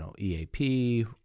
EAP